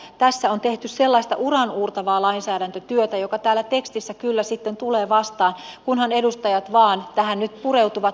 tässä on tehty sellaista uraauurtavaa lainsäädäntötyötä joka täällä tekstissä kyllä sitten tulee vastaan kunhan edustajat vain tähän nyt pureutuvat paneutuvat